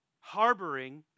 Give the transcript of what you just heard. Harboring